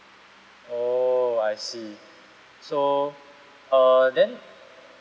oh I see so err then